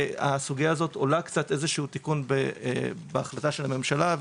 הסוגיה הזאת עולה קצת איזשהו תיקון בהחלטה של הממשלה,